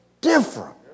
different